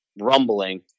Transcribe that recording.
rumbling